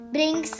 Bring